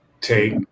take